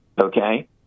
okay